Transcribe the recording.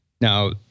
Now